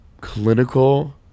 clinical